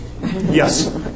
Yes